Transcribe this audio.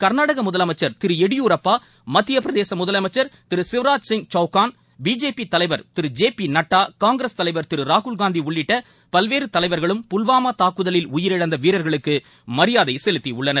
கர்நாடக முதலமைச்சர் திரு எடியூரப்பா மத்திய பிரதேச முதலமைச்சர் திரு சிவராஜ் சிங் சவுகான் பிஜேபி தலைவர் திரு ஜே பி நட்டா காங்கிரஸ் தலைவர் திரு ராகுல்காந்தி உள்ளிட்ட பல்வேறு தலைவர்களும் புல்வாமா தாக்குதலில் உயிரிழந்த வீரர்களுக்கு மரியாதை செலுத்தியுள்ளனர்